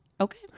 Okay